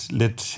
lidt